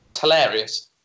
hilarious